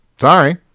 Sorry